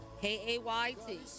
k-a-y-t